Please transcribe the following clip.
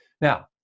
Now